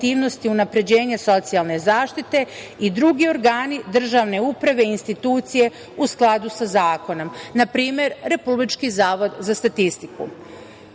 unapređenja socijalne zaštite i drugi organi državne uprave i institucije u skladu sa zakonom, na primer, Republički zavod za statistiku. Korisnici